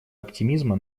оптимизма